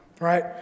right